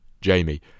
Jamie